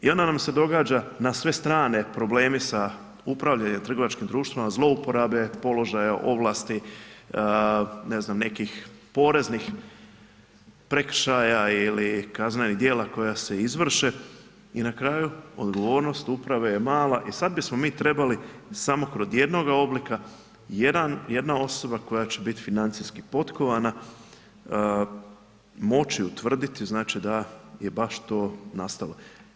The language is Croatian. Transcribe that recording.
I onda nam se događa na sve strane problemi sa upravljanjem trgovačkim društvima, zlouporabe položaja, ovlasti, ne znam nekih poreznih prekršaja ili kaznenih dijela koja se izvrše i na kraju odgovornost uprave je mala i sad bismo mi trebali kod jednoga oblika, jedna osoba koja će biti financijski potkovana moći utvrditi znači da je baš to nastalo.